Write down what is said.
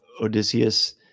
Odysseus